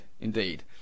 indeed